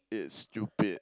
it's stupid